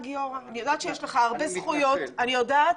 אני יודעת